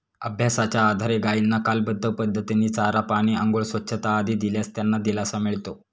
अभ्यासाच्या आधारे गायींना कालबद्ध पद्धतीने चारा, पाणी, आंघोळ, स्वच्छता आदी दिल्यास त्यांना दिलासा मिळतो